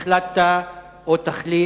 האם החלטת, או תחליט,